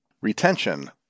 Retention